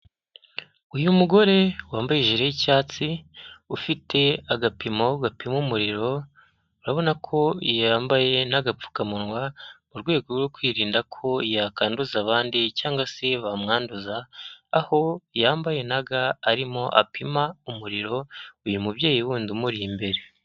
Uyu mugore wambaye ijire y'icyatsi ufite agapimo gapima umuriro, urabona ko yambaye n'agapfukamunwa mu rwego rwo kwirinda ko yakwanduza abandi cyangwa se bamwanduza, aho yambaye na ga arimo apima umuriro uyu mubyeyi wundi umuri imbere.